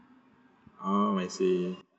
oh I see